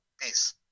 Peace